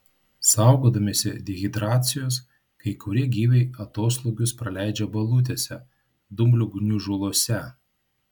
saugodamiesi dehidracijos kai kurie gyviai atoslūgius praleidžia balutėse dumblių gniužuluose